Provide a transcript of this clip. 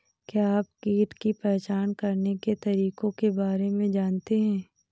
क्या आप कीट की पहचान करने के तरीकों के बारे में जानते हैं?